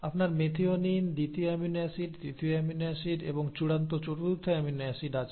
আপনার মেথিওনিন দ্বিতীয় amino acid তৃতীয় অ্যামিনো অ্যাসিড এবং চূড়ান্ত চতুর্থ অ্যামিনো অ্যাসিড আছে